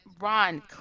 Ron